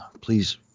please